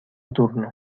turno